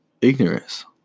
ignorance